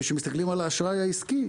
וכשמסתכלים על האשראי העסקי,